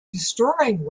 destroying